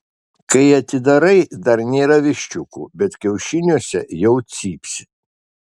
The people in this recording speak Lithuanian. kai atidarai dar nėra viščiukų bet kiaušiniuose jau cypsi